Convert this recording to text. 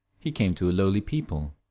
he came to a lowly people.